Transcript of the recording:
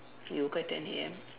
you woke up ten A_M